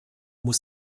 muss